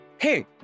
Hey